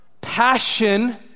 passion